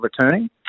returning